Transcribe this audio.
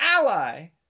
ally